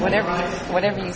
whatever whatever